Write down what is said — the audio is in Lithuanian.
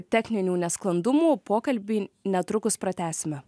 techninių nesklandumų pokalbį netrukus pratęsime